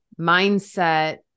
mindset